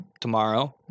tomorrow